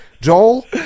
Joel